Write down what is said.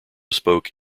spoke